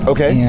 Okay